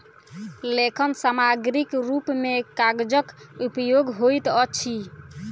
लेखन सामग्रीक रूप मे कागजक उपयोग होइत अछि